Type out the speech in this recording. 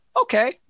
Okay